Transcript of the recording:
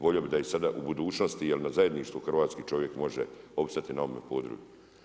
Volio bih da i sada u budućnosti, jer na zajedništvo hrvatski čovjek može opstati na ovome području.